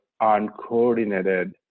uncoordinated